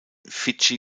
fidschi